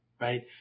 right